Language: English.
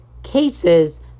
cases